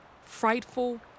frightful